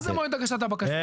מה זה מועד הגשת הבקשה?